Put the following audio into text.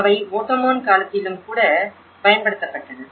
அவை ஒட்டோமான் காலத்திலும் கூட பயன்படுத்தப்பட்டன